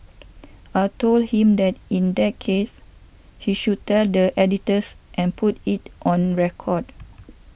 I told him that in that case he should tell the editors and put it on record